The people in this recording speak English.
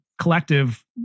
collective